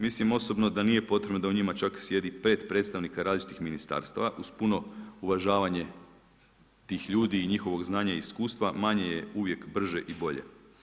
Mislim osobno da nije potrebno da u njima čak sjedi 5 predstavnika različitih ministarstava uz puno uvažavanje tih ljudi i njihovog znanja i iskustva, manje je uvijek brže i bolje.